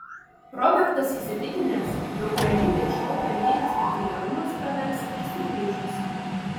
robertas įsitikinęs jog realybės šou pelnytas populiarumas pravers ir sugrįžus